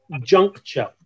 juncture